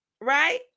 Right